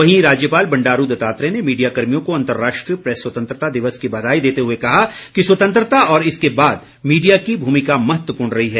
वहीं राज्यपाल बंडारू दत्तात्रेय ने मीडिया कर्मियों को अंतर्राष्ट्रीय प्रेस स्वतंत्रता दिवस की बधाई देते हुए कहा कि स्वतंत्रता और इसके बाद मीडिया की भूमिका महत्वपूर्ण रही है